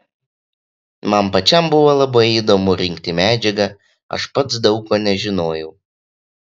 man pačiam buvo labai įdomu rinkti medžiagą aš pats daug ko nežinojau